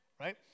Right